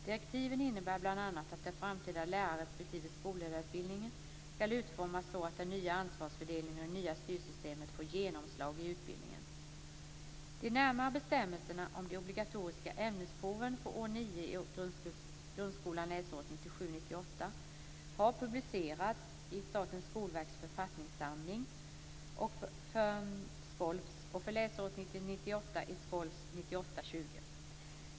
Direktiven innebär bl.a. att den framtida lärar respektive skolledarutbildningen skall utformas så att den nya ansvarsfördelningen och det nya styrsystemet får genomslag i utbildningen.